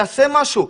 תעשה משהו,